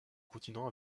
continent